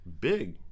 big